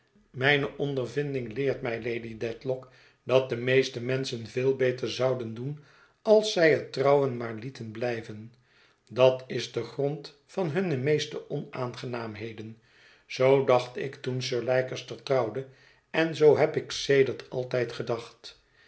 mijne ondervinding leert mij lady dediock dat de meeste menschen veel beter zouden doen als zij het trouwen maar lieten blijven dat is de grond van hunne meeste onaangenaamheden zoo dacht ik toen sir leicester trouwde en zoo heb ik sedert altijd gedacht